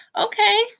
Okay